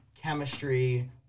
chemistry